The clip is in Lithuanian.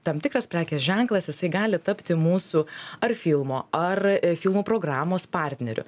tam tikras prekės ženklas jisai gali tapti mūsų ar filmo ar filmų programos partneriu